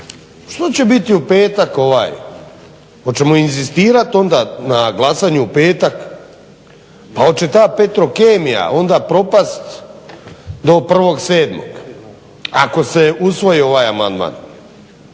Što će biti u petak ovaj, hoćemo inzistirati na glasanju u petak? Pa hoće ta Petrokemija onda propasti do 1.7.ako se usvoji ovaj amandman?